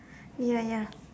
ya ya